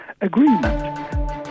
agreement